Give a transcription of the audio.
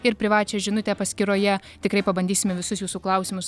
ir privačią žinutę paskyroje tikrai pabandysim į visus jūsų klausimus